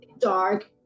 dark